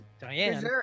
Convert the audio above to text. Diane